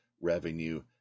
revenue